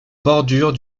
bordure